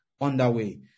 underway